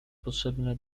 potrzebne